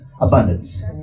abundance